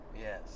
Yes